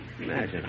Imagine